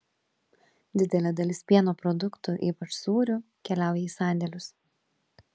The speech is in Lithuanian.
didelė dalis pieno produktų ypač sūrių keliauja į sandėlius